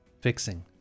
fixing